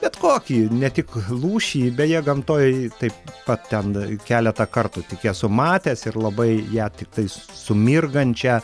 bet kokį ne tik lūšį beje gamtoj taip pat ten keletą kartų tik esu matęs ir labai ją tiktais sumirgančią